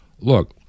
look